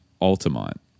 altamont